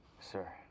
Sir